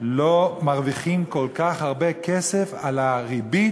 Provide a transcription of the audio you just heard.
לא מרוויחים כל כך הרבה כסף על הריבית